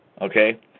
okay